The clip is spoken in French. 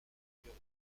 numéro